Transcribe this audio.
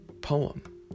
poem